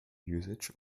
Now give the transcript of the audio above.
usage